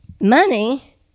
money